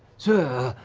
sir,